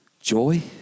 joy